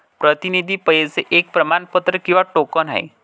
प्रतिनिधी पैसे एक प्रमाणपत्र किंवा टोकन आहे